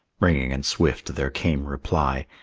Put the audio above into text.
ringing and swift there came reply,